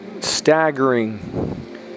staggering